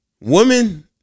Women